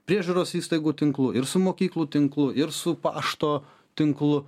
priežiūros įstaigų tinklu ir su mokyklų tinklu ir su pašto tinklu